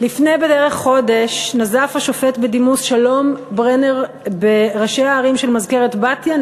לפני בערך חודש נזף השופט בדימוס שלום ברנר בראשי הערים של מזכרת-בתיה,